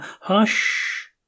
Hush